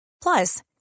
Plus